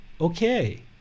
Okay